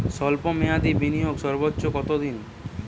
স্বল্প মেয়াদি বিনিয়োগ সর্বোচ্চ কত দিন?